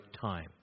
time